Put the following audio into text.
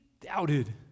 doubted